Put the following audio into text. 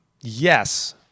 Yes